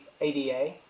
ADA